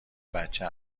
بچه